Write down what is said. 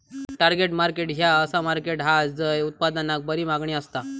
target market ह्या असा market हा झय उत्पादनाक बरी मागणी असता